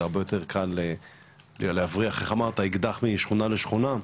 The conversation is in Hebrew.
זה הרבה יותר קל להבריח אקדח משכונה לשכונה,